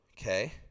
okay